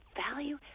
value